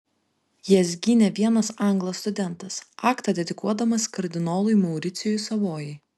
jas gynė vienas anglas studentas aktą dedikuodamas kardinolui mauricijui savojai